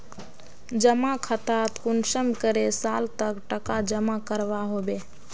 जमा खातात कुंसम करे साल तक टका जमा करवा होबे?